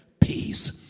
peace